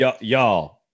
y'all